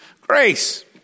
grace